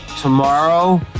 tomorrow